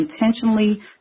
intentionally